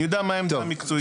אני יודע מה העמדה המקצועית.